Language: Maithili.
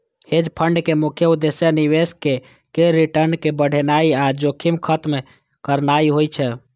हेज फंड के मुख्य उद्देश्य निवेशक केर रिटर्न कें बढ़ेनाइ आ जोखिम खत्म करनाइ होइ छै